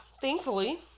thankfully